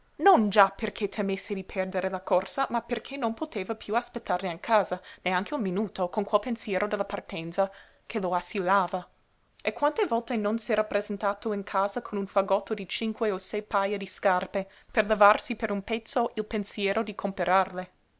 non già perché temesse di perdere la corsa ma perché non poteva piú aspettare in casa neanche un minuto con quel pensiero della partenza che lo assillava e quante volte non s'era presentato in casa con un fagotto di cinque o sei paja di scarpe per levarsi per un pezzo il pensiero